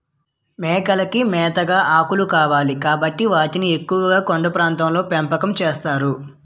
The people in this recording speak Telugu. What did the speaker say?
మేకలకి మేతగా ఆకులు కావాలి కాబట్టి వాటిని ఎక్కువుగా కొండ ప్రాంతాల్లో పెంపకం చేస్తారు